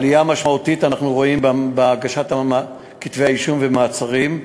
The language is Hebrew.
אנחנו רואים עלייה משמעותית בהגשת כתבי האישום ובמעצרים,